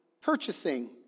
purchasing